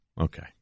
Okay